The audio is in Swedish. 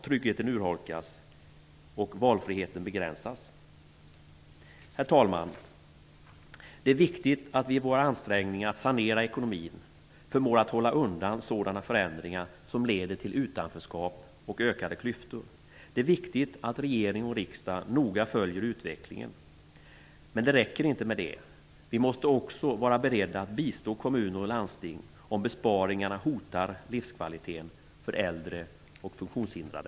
Tryggheten urholkas och valfriheten begränsas. Herr talman! Det är viktigt att vi i våra ansträngningar att sanera ekonomin förmår att hålla undan sådana förändringar som leder till utanförskap och ökade klyftor. Det är viktigt att regering och riksdag noga följer utvecklingen. Men det räcker inte med det. Vi måste också vara beredda att bistå kommuner och landsting om besparingarna hotar livskvaliteten för äldre och funktionshindrade.